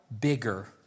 bigger